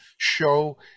show